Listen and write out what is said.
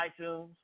iTunes